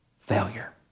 failure